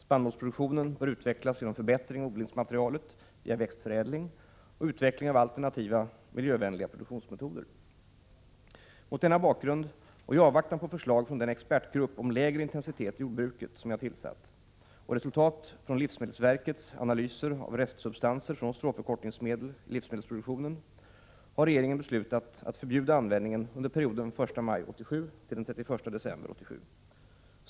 Spannmålsproduktionen bör utvecklas genom förbättring av odlingsmaterialet via växtförädling och utveckling av alternativa miljövänliga produktionsmetoder. Mot denna bakgrund och i avvaktan på förslag från den expertgrupp om lägre intensitet i jordbruket som jag tillsatt och resultat från livsmedelsverkets analyser av restsubstanser från stråförkortningsmedel i livsmedelsproduktionen, har regeringen beslutat att förbjuda användningen under perioden den 1 maj 1987 till den 31 december 1987.